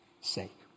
sake